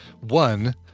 one